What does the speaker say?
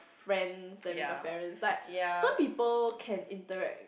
friends than with your parents like some people can interact